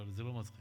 אבל זה לא מצחיק.